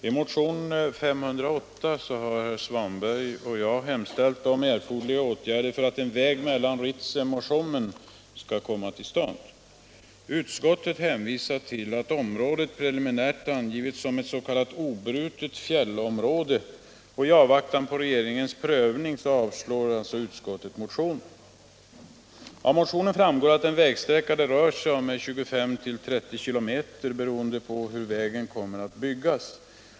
Av motionen framgår att vägsträckan är 25-30 km, beroende på hur vägen kommer att byggas.